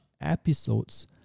episodes